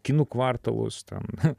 kinų kvartalus ten